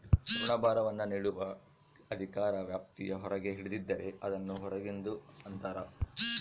ಋಣಭಾರವನ್ನು ನೀಡುವ ಅಧಿಕಾರ ವ್ಯಾಪ್ತಿಯ ಹೊರಗೆ ಹಿಡಿದಿದ್ದರೆ, ಅದನ್ನು ಹೊರಗಿಂದು ಅಂತರ